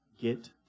get